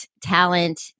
talent